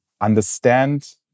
understand